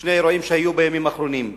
שני אירועים שהיו בימים האחרונים.